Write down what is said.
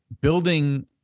building